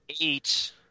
eight